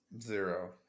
Zero